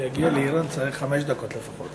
כדי להגיע לאיראן, צריך חמש דקות לפחות.